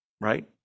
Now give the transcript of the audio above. right